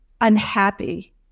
unhappy